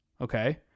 Okay